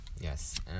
Yes